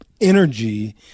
energy